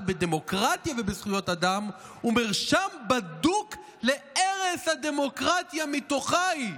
בדמוקרטיה ובזכויות אדם הוא מרשם בדוק להרס הדמוקרטיה מתוכה היא".